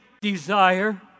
desire